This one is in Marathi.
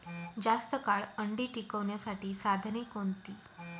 जास्त काळ अंडी टिकवण्यासाठी साधने कोणती?